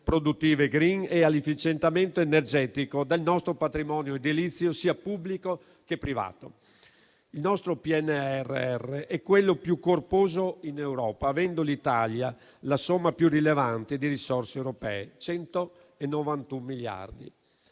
produttive *green* e all'efficientamento energetico del nostro patrimonio edilizio, sia pubblico che privato. Il nostro PNRR è quello più corposo in Europa, avendo l'Italia la somma più rilevante di risorse europee: 191 miliardi.